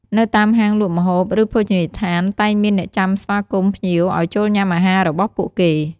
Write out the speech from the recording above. នៅតាមហាងលក់ម្ហូប ឬភោជនីយដ្ឋាន តែងមានអ្នកចាំស្វាគមន៍ភ្ញៀវឲ្យចូលញ៉ាំអាហាររបស់ពួកគេ។